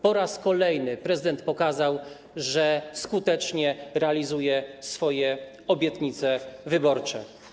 Po raz kolejny prezydent pokazał, że skutecznie realizuje swoje obietnice wyborcze.